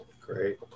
Great